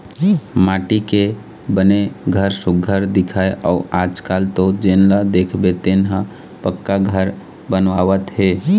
माटी के बने घर सुग्घर दिखय अउ आजकाल तो जेन ल देखबे तेन ह पक्का घर बनवावत हे